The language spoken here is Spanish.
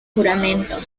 juramento